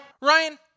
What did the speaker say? Ryan